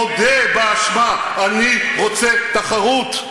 מודה באשמה, אני רוצה תחרות.